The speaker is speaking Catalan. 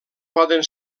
poden